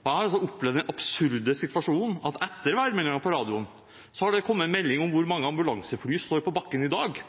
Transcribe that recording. Jeg har opplevd den absurde situasjonen at etter værmeldingen på radioen har det kommet melding om hvor mange ambulansefly som har stått på bakken den dagen.